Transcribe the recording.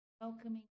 welcoming